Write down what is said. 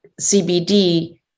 CBD